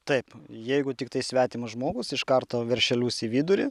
taip jeigu tiktai svetimas žmogus iš karto veršelius į vidurį